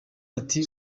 ati